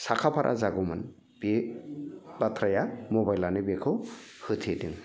साखाफारा जागौमोन बि बाथ्राया मबाइलानो बेखौ होथेदों